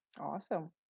Awesome